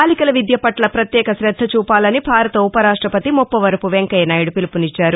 బాలికల విద్య పట్ల పత్యేక శద్ధ చూపాలని భారత ఉప రాష్టపతి ముప్పవరపు వెంకయ్య నాయుడు పిలుపునిచ్చారు